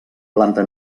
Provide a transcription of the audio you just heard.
planta